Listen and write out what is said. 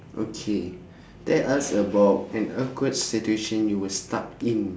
okay tell us about an awkward situation you were stuck in